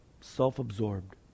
self-absorbed